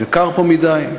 יקר פה מדי,